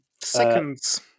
Seconds